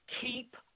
Keep